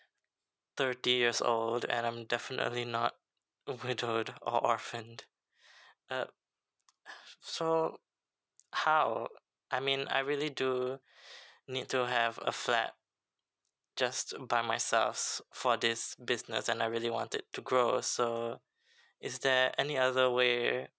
thirty years old and I'm definitely not widowed or orphan uh so how I mean I really do need to have a flat just by myself for this business and I really wanted to grow so is there any other way